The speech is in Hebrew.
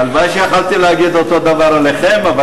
הלוואי שיכולתי להגיד אותו הדבר עליכם.